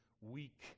weak